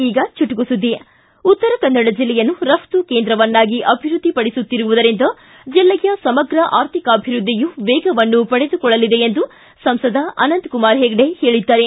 ಈಗ ಚುಟುಕು ಸುದ್ದಿ ಉತ್ತರ ಕನ್ನಡ ಜಿಲ್ಲೆಯನ್ನು ರಘ್ತ ಕೇಂದ್ರವನ್ನಾಗಿ ಅಭಿವೃದ್ಧಿಪಡಿಸುತ್ತಿರುವುದರಿಂದ ಜಿಲ್ಲೆಯ ಸಮಗ್ರ ಆರ್ಥಿಕಾಭಿವೃದ್ಧಿಯು ವೇಗವನ್ನು ಪಡೆದುಕೊಳ್ಳಲಿದೆ ಎಂದು ಸಂಸದ ಅನಂತಕುಮಾರ ಹೆಗಡೆ ಹೇಳಿದ್ದಾರೆ